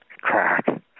crack